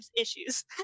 issues